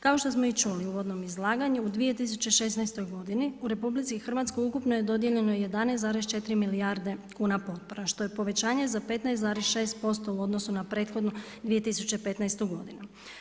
Kao što smo i čuli u uvodnom izlaganju, u 2016. godinu u RH ukupno je dodijeljeno 11,4 milijarde kuna potpora što je povećanje za 15,6% u odnosu na prethodnu 2015. godinu.